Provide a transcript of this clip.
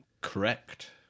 Correct